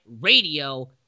radio